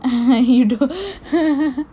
and you have to go